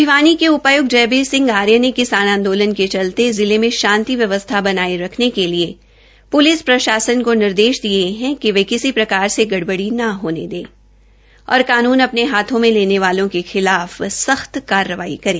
भिवानी के उपाय्क्त जयवीर सिह आर्य ने किसान आंदोन के चलते जिले में शांति व्यवस्था बनाये रखने के लिए पुलिस प्रशासन को निर्देश दिये है कि वे किसी प्रकार से गइबड़ी न होने दें और कानून अपने हाथ में लेने वालों के खिलाफ सख्त कार्रवाई करें